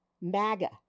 MAGA